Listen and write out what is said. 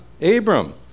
Abram